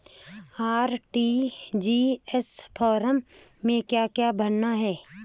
RTGS form में क्या क्या भरना है?